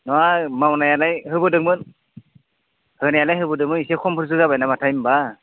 नङा मावनायालाय होबोदोंमोन होनायालाय होबोदोंमोन एसे खमफोरसो जाबायना माथाय होमब्ला